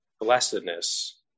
blessedness